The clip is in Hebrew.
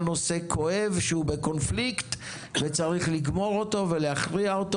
נושא כואב שבקונפליקט וצריך לגמור ולהכריע אותו.